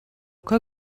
que